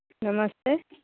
नमस्ते